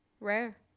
rare